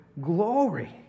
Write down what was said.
glory